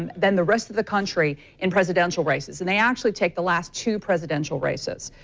and than the rest of the country in presidential races. and they actually take the last two presidential races.